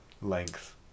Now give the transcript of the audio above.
length